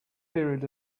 period